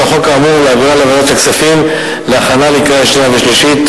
החוק האמור ולהעבירה לוועדת הכספים להכנה לקריאה שנייה ושלישית.